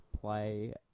play